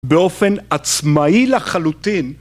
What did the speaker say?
באופן עצמאי לחלוטין